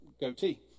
goatee